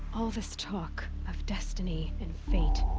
all this talk of destiny, and fate.